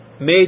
Made